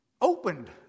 opened